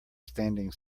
standing